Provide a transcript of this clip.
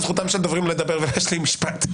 זכותם של דוברים לדבר ולהשלים משפט.